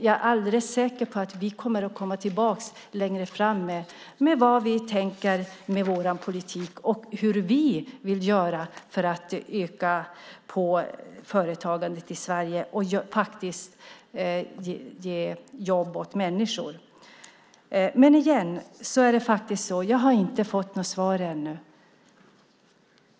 Jag är alldeles säker på att vi kommer tillbaka längre fram med vad vi tänker göra med vår politik och hur vi vill göra för att öka företagandet i Sverige och ge jobb åt människor. Jag har inte fått något svar ännu.